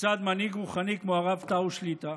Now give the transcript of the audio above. כיצד מנהיג רוחני כמו הרב טאו שליט"א